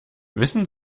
wissen